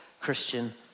Christian